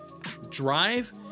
drive